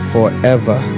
forever